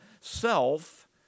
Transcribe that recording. self